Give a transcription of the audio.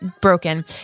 broken